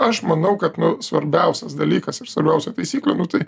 aš manau kad nu svarbiausias dalykas ir svarbiausia taisyklė nu tai